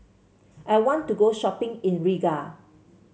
I want to go shopping in Riga